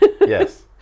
yes